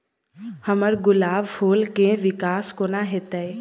हम्मर गुलाब फूल केँ विकास कोना हेतै?